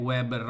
Web